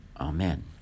Amen